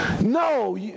No